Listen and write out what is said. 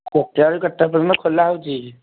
କେତେଟାରୁ କେତେଟା ପର୍ଯ୍ୟନ୍ତ ଖୋଲା ହଉଛି